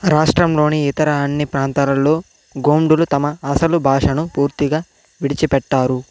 రాష్ట్రంలోని ఇతర అన్ని ప్రాంతాల్లో గోండులు తమ అసలు భాషను పూర్తిగా విడిచిపెట్టారు